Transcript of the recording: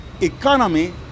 economy